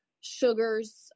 sugars